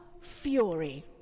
fury